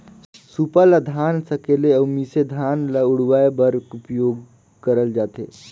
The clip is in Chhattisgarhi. सूपा ल धान सकेले अउ मिसे धान ल उड़वाए बर उपियोग करल जाथे